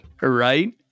Right